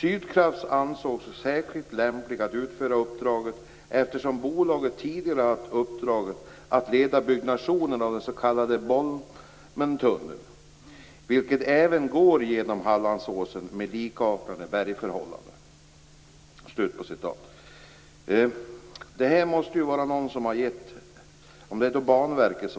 Sydkraft ansågs särskilt lämpliga att utföra uppdraget eftersom bolaget tidigare hade i uppdrag att leda byggnationen av den s.k. Bolmentunneln vilken även går genom Hallandsåsen med liknande bergförhållanden." Det går faktiskt inte att utläsa vem som har gett Sydkraft uppdraget, om det är Banverket